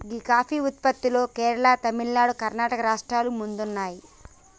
గీ కాఫీ ఉత్పత్తిలో కేరళ, తమిళనాడు, కర్ణాటక రాష్ట్రాలు ముందున్నాయి